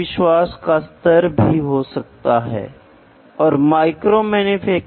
उदाहरण के लिए आपके पास पाइप हो सकता है जो लीक हो रहा है